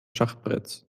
schachbretts